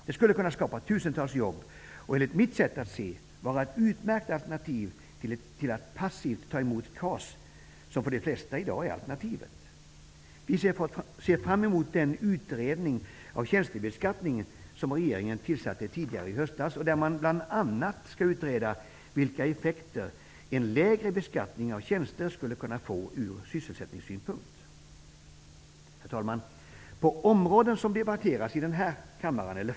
Det skulle kunna skapa tusentals jobb, och det skulle enligt mitt sätt att se för dessa ungdomar vara ett utmärkt alternativ till att passivt ta emot KAS, som för de flesta i dag är alternativet. Vi ser fram emot den utredning av tjänstebeskattningen som regeringen tillsatte tidigare i höstas och som bl.a. skall ta reda på vilka effekter en lägre beskattning av tjänster skulle kunna få ur sysselsättningssynpunkt. Herr talman!